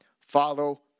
follow